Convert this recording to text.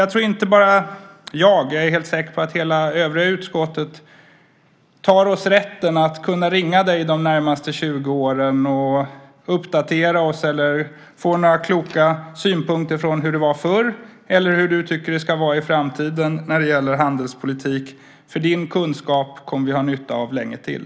Jag tror inte att bara jag utan jag är helt säker på att hela det övriga utskottet tar oss rätten att kunna ringa dig de närmaste 20 åren och uppdatera oss, få några kloka synpunkter på hur det var förr eller hur du tycker att det ska vara i framtiden när det gäller handelspolitik. Din kunskap kommer vi att ha nytta av länge till.